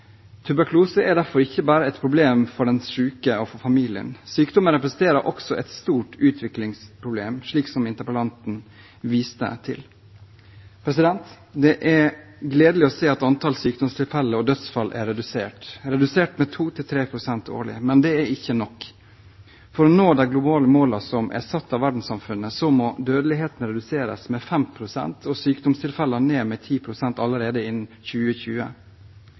Tuberkulose er derfor ikke bare et problem for den syke og familien; sykdommen representerer også et stort utviklingsproblem, slik interpellanten viste til. Det er gledelig å se at antall sykdomstilfeller og dødsfall reduseres med 2–3 pst. årlig. Men det er ikke nok. For å nå de globale målene som er satt av verdenssamfunnet, må dødeligheten reduseres med 5 pst. og sykdomstilfeller med 10 pst. allerede innen 2020.